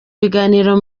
biganiro